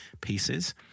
pieces